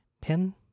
pen